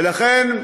ולכן,